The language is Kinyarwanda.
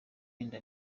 inda